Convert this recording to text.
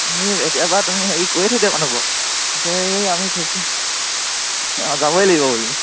অঁ সেই এতিয়াৰ পৰা তুমি হেৰি কৈ থৈ দিয়া মানুহবোৰক যে আমি অঁ যাবই লাগিব বুলি